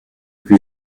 plus